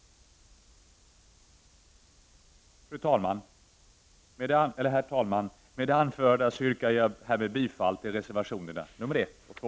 Herr talman! Med det anförda yrkar jag bifall till reservationerna 1 och 2.